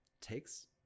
takes